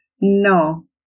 No